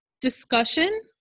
discussion